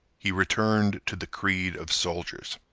he returned to the creed of soldiers.